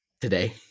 today